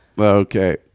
Okay